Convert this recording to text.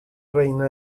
reina